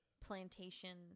plantation